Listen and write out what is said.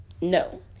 No